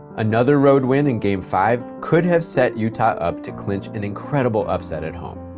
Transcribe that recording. another road win in game five could have set utah up to cle inch an incredible upset at home.